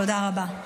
תודה רבה.